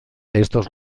estos